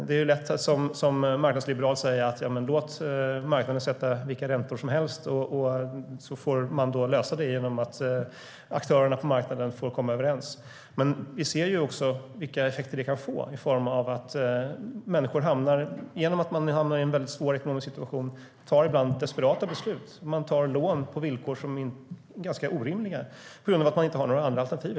Det är lätt att som marknadsliberal säga att marknaden ska få sätta vilka räntor som helst och att man löser det genom att aktörerna på marknaden får komma överens. Men vi ser vilka effekter det kan få i form av att människor hamnar i väldigt svåra ekonomiska situationer och ibland tar desperata beslut. Man tar lån på orimliga villkor på grund av att man inte har några andra alternativ.